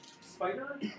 spider